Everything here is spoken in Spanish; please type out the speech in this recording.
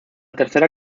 tercera